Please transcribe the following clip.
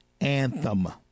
anthem